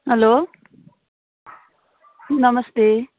hello नमस्ते